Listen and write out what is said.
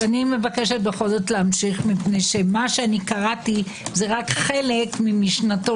אני מבקשת להמשיך כי מה שקראתי זה רק חלק ממשנתו